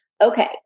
okay